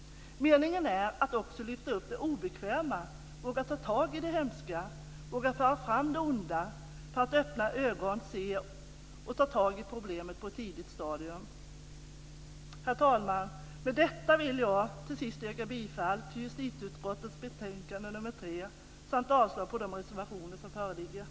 Meningen är också att lyfta fram det obekväma - att våga ta tag i det hemska, att våga föra fram det onda - för att öppna ögon, se och ta tag i problemen på ett tidigt stadium. Herr talman! Med detta vill jag yrka bifall till hemställan i justitieutskottets betänkande nr 3 samt avslag på reservationerna.